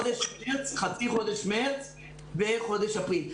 חצי חודש מרץ וחודש אפריל.